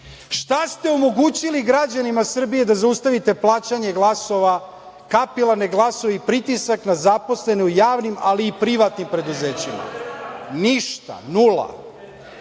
Šta ste omogućili građanima Srbije, da zaustavite plaćanje glasova, kapilarne glasove i pritisak na zaposlene u javnim, ali i privatnim preduzećima? Ništa, nula.